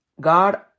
God